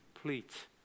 complete